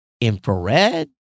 infrared